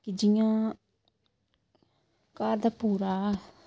कि जियां घर दा पूरा